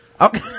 okay